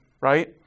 right